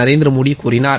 நரேந்திரமோடி கூறினார்